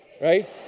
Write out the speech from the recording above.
right